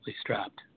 strapped